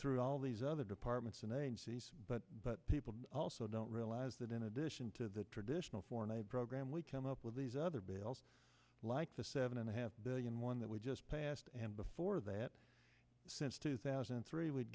through all these other departments and but but people also don't realize that in addition to the traditional foreign aid program we come up with these other bills like the seven and a half billion one that we just passed and before that since two thousand and three we'